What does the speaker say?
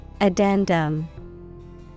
Addendum